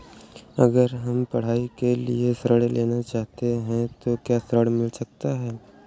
अगर हम पढ़ाई के लिए ऋण लेना चाहते हैं तो क्या ऋण मिल सकता है?